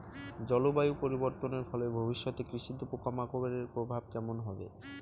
জলবায়ু পরিবর্তনের ফলে ভবিষ্যতে কৃষিতে পোকামাকড়ের প্রভাব কেমন হবে?